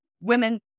women